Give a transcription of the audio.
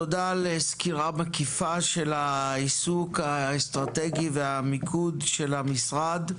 תודה לסקירה מקיפה של העיסוק האסטרטגי והמיקוד של המשרד.